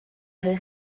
her